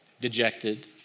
dejected